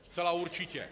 Zcela určitě.